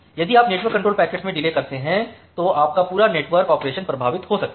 यदि आप network control packets में डिले करते हैं तो आपका पूरा नेटवर्क ऑपरेशन प्रभावित हो सकता है